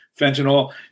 fentanyl